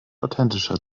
authentischer